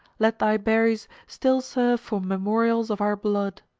let thy berries still serve for memorials of our blood.